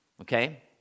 okay